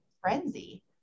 frenzy